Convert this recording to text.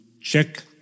check